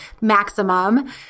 maximum